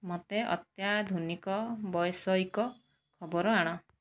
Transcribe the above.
ମୋତେ ଅତ୍ୟାଧୁନିକ ବୈଷୟିକ ଖବର ଆଣ